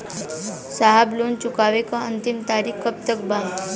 साहब लोन चुकावे क अंतिम तारीख कब तक बा?